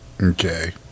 Okay